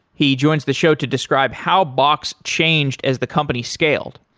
he joins the show to describe how box changed as the company scaled.